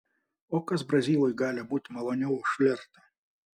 o kas brazilui gali būti maloniau už flirtą